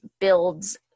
builds